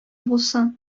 булсын